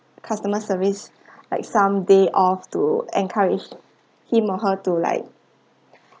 customer service like some day off to encouraged him or her to like